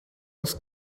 aus